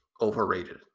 overrated